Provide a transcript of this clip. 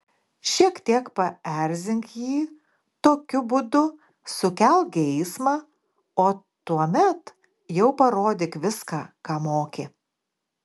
šiek tiek paerzink jį tokiu būdu sukelk geismą o tuomet jau parodyk viską ką moki